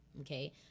Okay